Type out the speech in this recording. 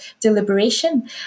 deliberation